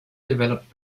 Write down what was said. developed